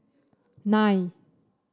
nine